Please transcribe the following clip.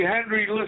Henry